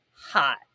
hot